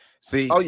See